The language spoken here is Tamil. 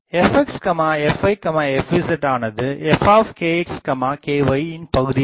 fx fy fz ஆனது fkx kyஇன்பகுதியாகும்